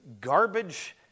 garbage